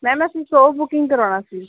ma'am ਅਸੀਂ show booking ਕਰਾਉਣਾ ਸੀ